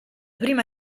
prima